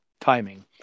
timing